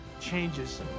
changes